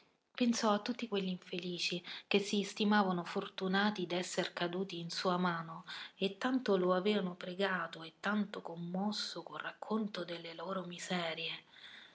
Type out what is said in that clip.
pensò a tutti quegli infelici che si stimavano fortunati d'esser caduti in sua mano e tanto lo avevano pregato e tanto commosso col racconto delle loro miserie